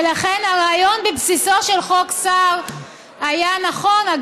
ולכן הרעיון בבסיסו של חוק סער היה נכון,